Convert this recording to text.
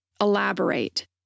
elaborate